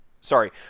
Sorry